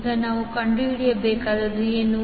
ಈಗ ನಾವು ಕಂಡುಹಿಡಿಯಬೇಕಾದದ್ದು ಏನು